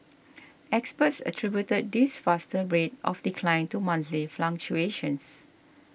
experts attributed this faster rate of decline to monthly fluctuations